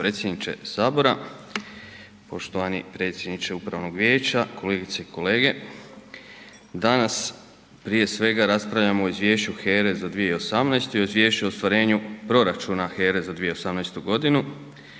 Hvala potpredsjedniče sabora. Poštovani predsjedniče upravnog vijeća, kolegice i kolege, danas prije svega raspravljamo o izvješću HERE za 2018. i izvješću o ostvarenju proračuna HERE za 2018. godinu,